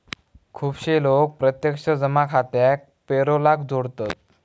खुपशे लोक प्रत्यक्ष जमा खात्याक पेरोलाक जोडतत